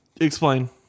Explain